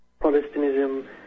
Protestantism